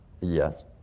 Yes